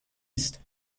است